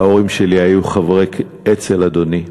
וההורים שלי היו חברי אצ"ל, אדוני,